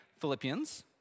Philippians